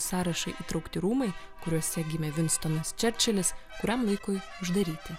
sąrašą įtraukti rūmai kuriuose gimė vinstonas čerčilis kuriam laikui uždaryti